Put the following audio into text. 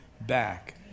back